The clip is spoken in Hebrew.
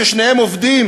שאנשים, שניהם עובדים